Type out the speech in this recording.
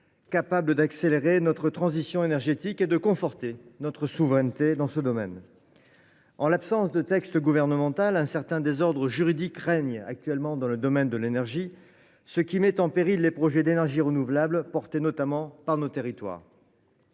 d’accélérer notre transition énergétique et de conforter notre souveraineté dans ce domaine. En l’absence de texte gouvernemental, un certain désordre juridique règne dans le domaine de l’énergie, ce qui met en péril les projets d’énergies renouvelables pilotés notamment par nos territoires.